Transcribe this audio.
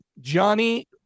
Johnny